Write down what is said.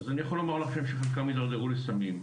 אני יכול לומר לכם שחלקם התדרדרו לסמים,